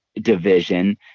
division